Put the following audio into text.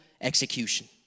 execution